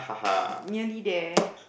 nearly there